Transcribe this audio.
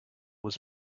was